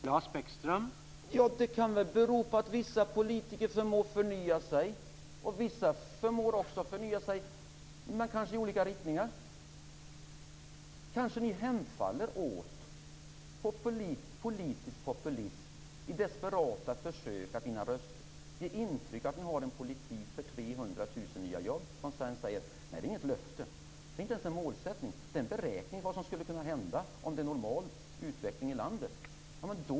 Herr talman! Det kan väl bero på att vissa politiker förmår att förnya sig, vissa kanske också i nya riktningar. Kanske ni hemfaller åt politisk populism i desperata försök att vinna röster. Ni vill ge intryck av att ni har en politik för 300 000 nya jobb, som ni sedan säger inte är något löfte eller ens en målsättning, utan en beräkning av vad som skulle kunna hända vid en normal utveckling i landet.